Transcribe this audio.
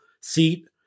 seat